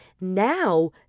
now